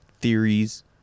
theories